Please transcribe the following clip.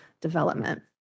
development